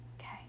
Okay